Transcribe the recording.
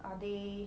are they